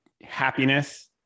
happiness